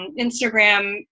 Instagram